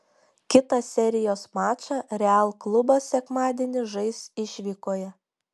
kitą serijos mačą real klubas sekmadienį žais išvykoje